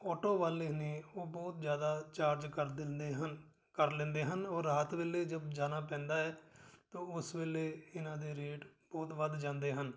auto ਵਾਲੇ ਨੇ ਉਹ ਬਹੁਤ ਜ਼ਿਆਦਾ ਚਾਰਜ ਕਰ ਦਿੰਦੇ ਹਨ ਕਰ ਲੈਂਦੇ ਹਨ ਉਹ ਰਾਤ ਵੇਲੇ ਜਬ ਜਾਣਾ ਪੈਂਦਾ ਹੈ ਤੋ ਉਸ ਵੇਲੇ ਇਹਨਾਂ ਦੇ ਰੇਟ ਬਹੁਤ ਵੱਧ ਜਾਂਦੇ ਹਨ